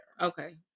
Okay